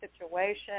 situation